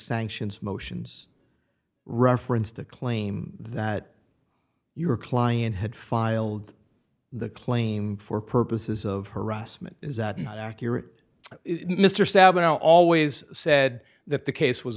sanctions motions reference to claim that your client had filed the claim for purposes of harassment is that not accurate mr stabenow always said that the case was